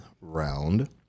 round